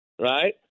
right